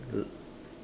l~